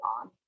on